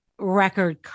record